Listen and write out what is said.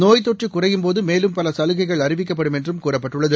நோய் தொற்று குறையும்போது மேலும் பல சலுகைகள் அறிவிக்கப்படும் என்றும் கூறப்பட்டுள்ளது